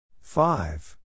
Five